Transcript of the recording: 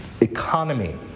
economy